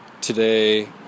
today